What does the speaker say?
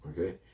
okay